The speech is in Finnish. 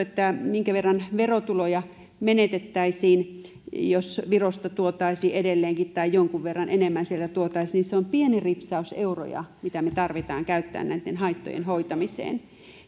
että minkä verran verotuloja menetettäisiin jos virosta tuotaisiin edelleenkin tai jonkun verran enemmän sieltä tuotaisiin niin se on pieni ripsaus euroja mitä me tarvitsemme käyttämään näitten haittojen hoitamiseen